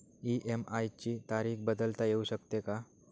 EMI ची तारीख बदलता येऊ शकते का?